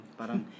parang